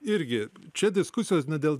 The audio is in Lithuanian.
irgi čia diskusijos dėl